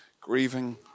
grieving